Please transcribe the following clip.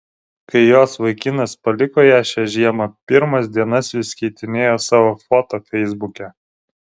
kai jos vaikinas paliko ją šią žiemą pirmas dienas vis keitinėjo savo foto feisbuke